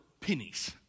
pennies